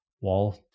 wall